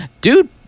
dude